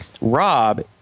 rob